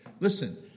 Listen